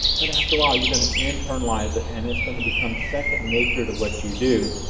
but after awhile, you're gonna internalize it, and it's gonna become second nature to what you do.